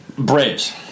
Braves